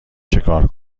چکار